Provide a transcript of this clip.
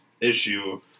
issue